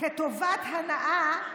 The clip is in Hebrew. כטובת הנאה,